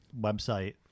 website